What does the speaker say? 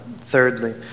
Thirdly